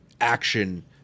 action